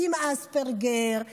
עם אספרגר,